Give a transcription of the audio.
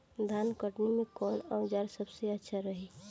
धान कटनी मे कौन औज़ार सबसे अच्छा रही?